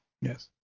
Yes